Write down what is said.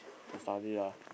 to study lah